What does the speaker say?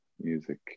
music